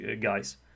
guys